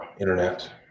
internet